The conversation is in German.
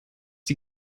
die